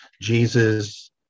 jesus